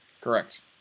Correct